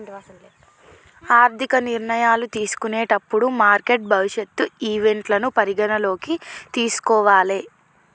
ఆర్థిక నిర్ణయాలు తీసుకునేటప్పుడు మార్కెట్ భవిష్యత్ ఈవెంట్లను పరిగణనలోకి తీసుకోవాలే